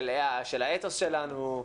של האתוס שלנו,